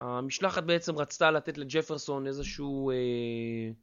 המשלחת בעצם רצתה לתת לג'פרסון איזשהו אהההה